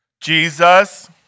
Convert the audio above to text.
Jesus